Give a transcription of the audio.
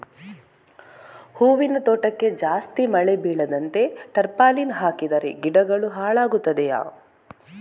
ಹೂವಿನ ತೋಟಕ್ಕೆ ಜಾಸ್ತಿ ಮಳೆ ಬೀಳದಂತೆ ಟಾರ್ಪಾಲಿನ್ ಹಾಕಿದರೆ ಗಿಡಗಳು ಹಾಳಾಗುತ್ತದೆಯಾ?